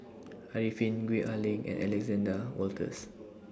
Arifin Gwee Ah Leng and Alexander Wolters